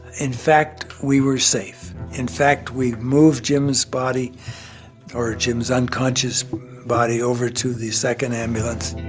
in fact, we were safe. in fact, we moved jim's body or jim's unconscious body over to the second ambulance